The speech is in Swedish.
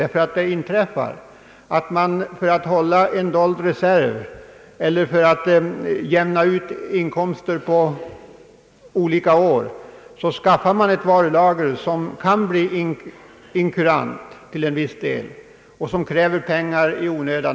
Det inträffar att man för att hålla en dold reserv eller för att jämna ut inkomster på olika år skaffar ett varulager som kan bli kurant till en viss del och som binder pengar i onödan.